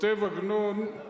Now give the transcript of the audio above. וכותב עגנון: